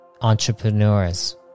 entrepreneurs